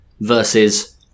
versus